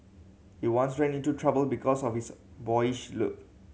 he once ran into trouble because of his boyish look